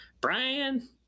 brian